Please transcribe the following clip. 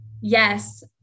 yes